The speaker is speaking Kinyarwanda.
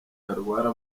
barwara